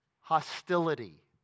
Hostility